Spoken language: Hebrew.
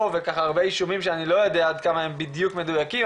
והרבה אישומים שאני לא יודע עד כמה הם בדיוק מדויקים,